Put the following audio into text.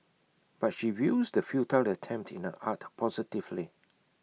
but she views the futile attempt in her art positively